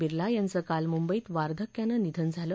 बिर्ला यांचं काल मुंबईत वार्धक्यानं निधन झालं